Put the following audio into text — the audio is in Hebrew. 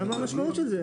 למה זו המשמעות של זה?